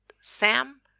Sam